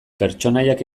pertsonaiak